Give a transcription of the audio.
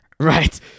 Right